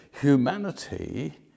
humanity